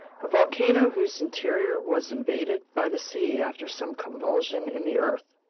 a volcano whose interior was invaded by the sea after some convulsion in the earth.